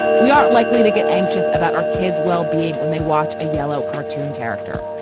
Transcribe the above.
we aren't likely to get anxious about our kids well-being when they watch a yellow cartoon character.